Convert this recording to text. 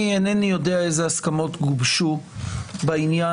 אינני יודע איזה הסכמות גובשו בעניין.